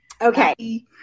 Okay